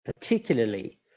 particularly